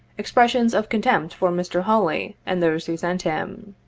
expressions of contempt for mr. hawley and those who sent him.